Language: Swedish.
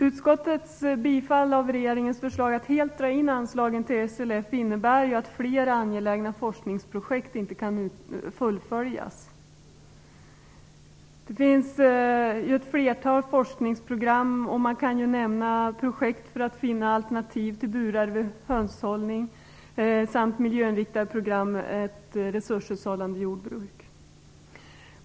Utskottets tillstyrkan av regeringens förslag att helt dra in anslaget till SLF innebär att flera angelägna forskningsprojekt inte kan fullföljas. Det finns ett flertal forskningsprogram. Man kan nämna projekt för att finna alternativ till burar vid hönshållning samt miljöinriktade program för ett resurshushållande jordbruk.